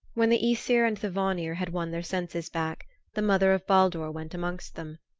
when the aesir and the vanir had won their senses back the mother of baldur went amongst them.